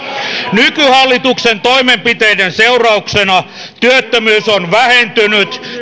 nykyhallituksen toimenpiteiden seurauksena työttömyys on vähentynyt